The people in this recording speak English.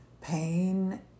pain